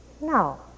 No